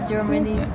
Germany